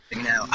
now